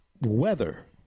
weather